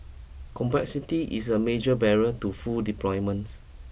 complexity is a major barrier to full deployments